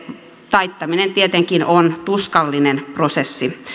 taittaminen tietenkin on tuskallinen prosessi